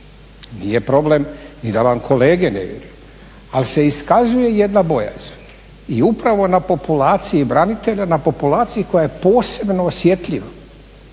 nije problem ni da vam kolege ne vjeruju, ali se iskazuje jedna bojazan i upravo na populaciji branitelja, na populaciji koja je posebno osjetljiva.